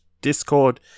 discord